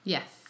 Yes